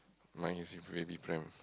mine is with baby pram